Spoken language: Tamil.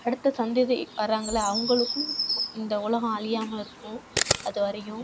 அடுத்த சந்ததி வராங்கள்லை அவங்களுக்கும் இந்த உலகம் அழியாம இருக்கும் அதுவரையும்